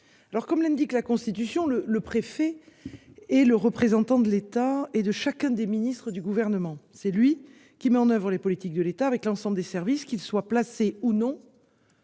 Alors comme l'indique la constitution le le préfet est le représentant de l'État et de chacun des ministres du gouvernement, c'est lui qui met en avant les politiques de l'État, avec l'ensemble des services qu'ils soient placer ou non.